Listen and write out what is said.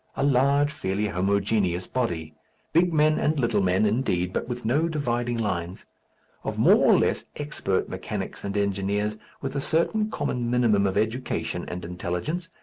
a large fairly homogeneous body big men and little men, indeed, but with no dividing lines of more or less expert mechanics and engineers, with a certain common minimum of education and intelligence,